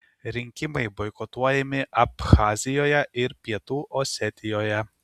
rinkimai boikotuojami abchazijoje ir pietų osetijoje